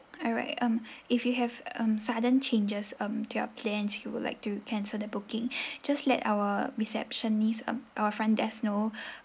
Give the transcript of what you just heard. alright um if you have um sudden changes um to your plans you would like to cancel the booking just let our receptionist um our front desk know